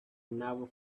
never